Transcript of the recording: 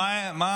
מה?